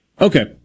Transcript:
Okay